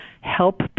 help